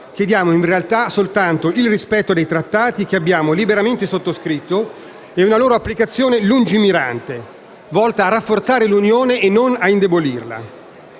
Chiediamo soltanto il rispetto dei Trattati che abbiamo liberamente sottoscritto e una loro applicazione lungimirante volta a rafforzare l'Unione e non a indebolirla.